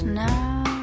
now